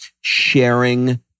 sharing